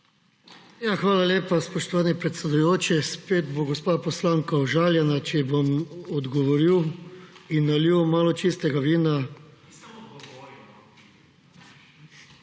Hvala lepa, spoštovani predsedujoči. Spet bo gospa poslanka užaljena, če ji bom odgovoril in nalil malo čistega vina.